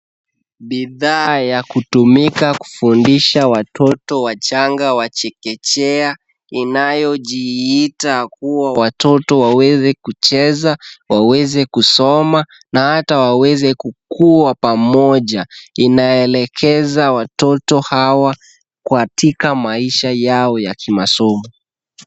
Bidhaa ya kutumika kufundisha watoto wachanga wa chekechea, inayojiita kuwa watoto waweze kucheza, waweze kusoma na hata waweze kukua pamoja. Inaelekeza watoto hawa katika maisha yao ya kimasomo.